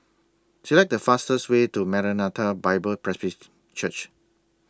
Select The fastest Way to Maranatha Bible Presby Church